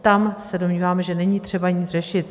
Tam se domníváme, že není třeba nic řešit.